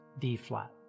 D-flat